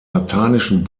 lateinischen